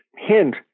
hint